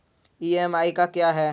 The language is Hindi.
ई.एम.आई क्या है?